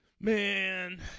man